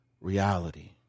reality